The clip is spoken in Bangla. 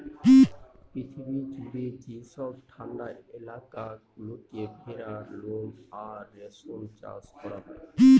পৃথিবী জুড়ে যেসব ঠান্ডা এলাকা গুলোতে ভেড়ার লোম আর রেশম চাষ করা হয়